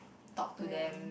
talk to them